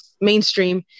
mainstream